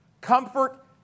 comfort